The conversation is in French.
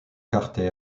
quartet